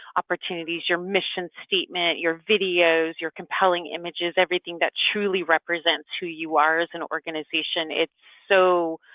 opportunities, your mission statement, your videos, your compelling images, everything that truly represents who you are as an organization. it's so